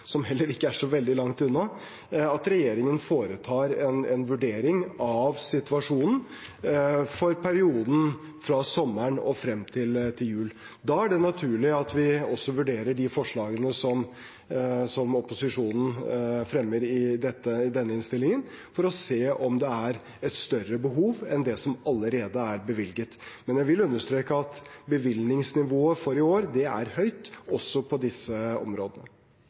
som heller ikke er så veldig langt unna, at regjeringen foretar en vurdering av situasjonen for perioden fra sommeren og frem til jul. Da er det naturlig at vi også vurderer de forslagene som opposisjonen fremmer i denne innstillingen, for å se om det er et større behov enn det som allerede er bevilget. Men jeg vil understreke at bevilgningsnivået for i år er høyt, også på disse områdene.